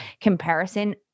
comparison